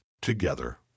together